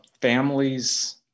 families